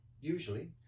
usually